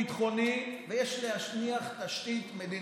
יש תיאום ביטחוני ויש להניח תשתית מדינית.